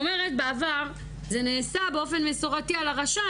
בעבר זה נעשה באופן מסורתי על ה"רשאי",